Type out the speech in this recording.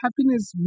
happiness